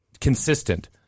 consistent